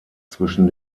zwischen